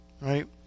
right